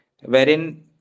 wherein